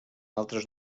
altres